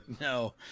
No